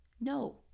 No